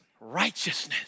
Righteousness